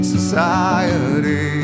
Society